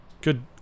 Good